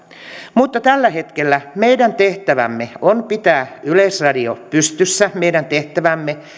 mutta tällä hetkellä meidän tehtävämme on pitää yleisradio pystyssä meidän tehtävämme